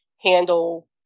handle